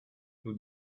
nous